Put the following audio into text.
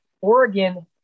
Oregon